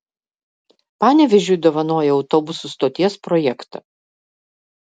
panevėžiui dovanoja autobusų stoties projektą